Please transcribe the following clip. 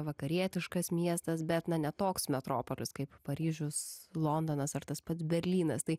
vakarietiškas miestas bet na ne toks metropolis kaip paryžius londonas ar tas pats berlynas tai